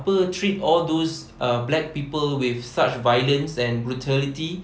apa treat all those uh black people with such violence and brutality